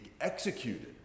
executed